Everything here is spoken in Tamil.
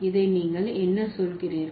இதை நீங்கள் என்ன சொல்கிறீர்கள்